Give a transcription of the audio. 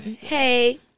hey